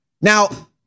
Now